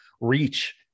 reach